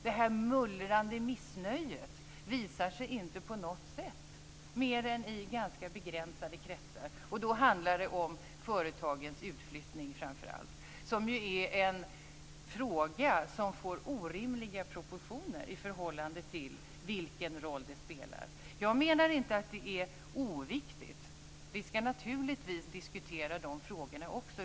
Det här mullrande missnöjet visar sig inte mer än i ganska begränsade kretsar och då handlar det framför allt om företagens utflyttning, som ju är en fråga som får orimliga proportioner i förhållande till den roll den spelar. Jag menar inte att den är oviktig. Vi skall naturligtvis också diskutera dessa frågor.